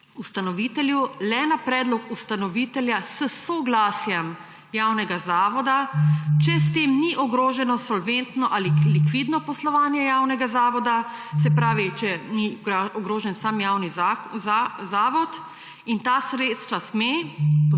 ustanovitelju le na predlog ustanovitelja s soglasjem javnega zavoda, če s tem ni ogroženo solventno ali likvidno poslovanje javnega zavoda, se pravi, če ni ogrožen sam javni zavod, in ta sredstva sme,